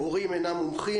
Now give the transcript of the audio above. הורים אינם מומחים.